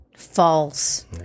false